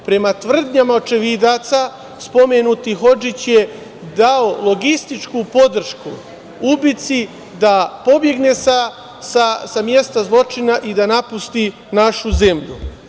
Prema tvrdnjama očevidaca spomenuti Hodžić je dao logističku podršku ubici da pobegne sa mesta zločina i da napusti našu zemlju.